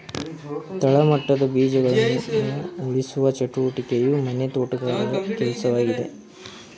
ತಳಮಟ್ಟದ ಬೀಜಗಳನ್ನ ಉಳಿಸುವ ಚಟುವಟಿಕೆಯು ಮನೆ ತೋಟಗಾರರ ಕೆಲ್ಸವಾಗಿದೆ